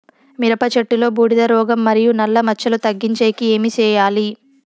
మిరప చెట్టులో బూడిద రోగం మరియు నల్ల మచ్చలు తగ్గించేకి ఏమి చేయాలి?